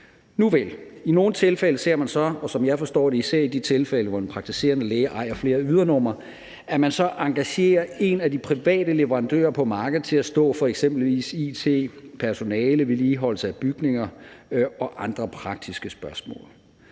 Nuvel, i nogle tilfælde ser man så – og som jeg forstår det, især i de tilfælde, hvor en praktiserende læge ejer flere ydernumre – at vedkommende engagerer en af de private leverandører på markedet til at stå for eksempelvis it, personale, vedligeholdelse af bygninger og andre praktiske spørgsmål.